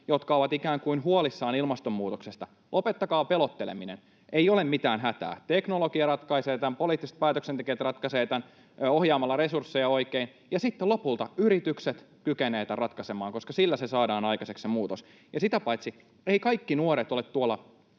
jotka ovat ikään kuin huolissaan ilmastonmuutoksesta. Lopettakaa pelotteleminen. Ei ole mitään hätää. Teknologia ratkaisee tämän, poliittiset päätöksentekijät ratkaisevat tämän ohjaamalla resursseja oikein. Ja sitten lopulta yritykset kykenevät tämän ratkaisemaan, koska sillä se muutos saadaan aikaiseksi. Ja sitä paitsi, eivät kaikki nuoret ole tuolla